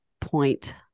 point